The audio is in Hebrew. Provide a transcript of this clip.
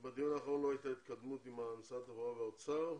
בדיון האחרון לא הייתה התקדמות עם משרד העבודה האוצר,